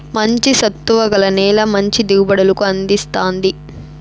మంచి సత్తువ గల నేల మంచి దిగుబడులను అందిస్తాది